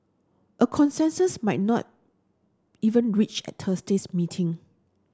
a consensus might not even reached at Thursday's meeting